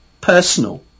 personal